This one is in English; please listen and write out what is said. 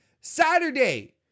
Saturday